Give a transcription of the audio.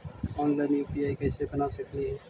Online UPI कैसे बना सकली ही?